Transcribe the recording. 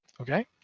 Okay